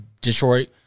Detroit